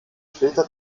später